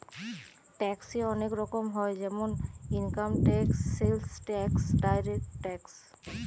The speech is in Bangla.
ট্যাক্সে অনেক রকম হয় যেমন income tax, sales tax, direct tax